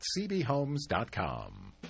cbhomes.com